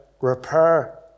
repair